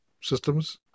systems